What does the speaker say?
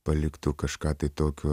paliktų kažką tai tokio